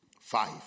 Five